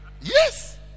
Yes